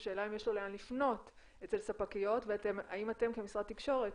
השאלה אם יש לו לאן לפנות אצל ספקיות והאם אתם כמשרד תקשורת